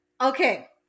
Okay